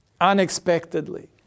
Unexpectedly